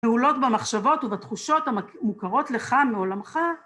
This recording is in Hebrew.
פעולות במחשבות ובתחושות המוכרות לך מעולמך.